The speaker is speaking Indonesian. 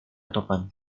topan